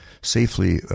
safely